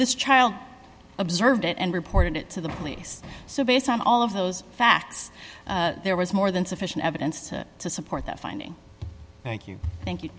this child observed it and reported it to the police so based on all of those facts there was more than sufficient evidence to support that finding thank you thank you